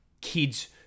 kids